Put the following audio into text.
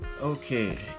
Okay